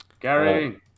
Gary